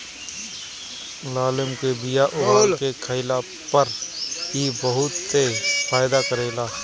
लालमि के बिया उबाल के खइला पर इ बहुते फायदा करेला